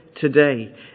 today